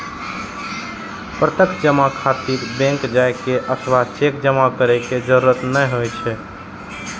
प्रत्यक्ष जमा खातिर बैंक जाइ के अथवा चेक जमा करै के जरूरत नै होइ छै